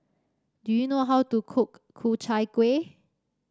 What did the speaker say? do you know how to cook Ku Chai Kueh